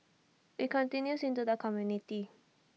IT continues into the community